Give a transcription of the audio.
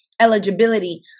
eligibility